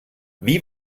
wie